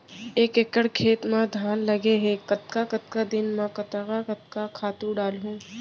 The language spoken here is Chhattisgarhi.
एक एकड़ खेत म धान लगे हे कतका कतका दिन म कतका कतका खातू डालहुँ?